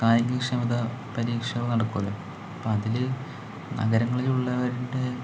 കായിക ക്ഷമത പരീക്ഷണം നടക്കുമല്ലോ അപ്പോൾ അതിൽ നഗരങ്ങളിലുള്ളവരുടെ